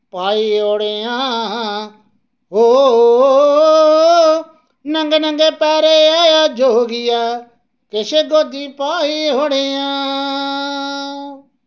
पाई'ओड़ेआं ओ नंगे नंगे पैरें आयां जोगिया किश गोदी पाई'ओड़ेआं